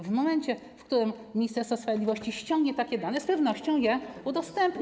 W momencie, w którym Ministerstwo Sprawiedliwości ściągnie takie dane, z pewnością je udostępni.